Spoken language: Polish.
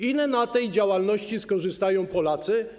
Ile na tej działalności skorzystają Polacy?